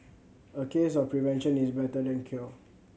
a case of prevention is better than cure